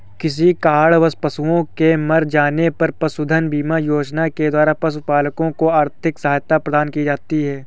किसी कारणवश पशुओं के मर जाने पर पशुधन बीमा योजना के द्वारा पशुपालकों को आर्थिक सहायता प्रदान की जाती है